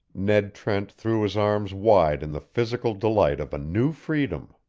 ned trent threw his arms wide in the physical delight of a new freedom.